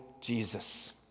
Jesus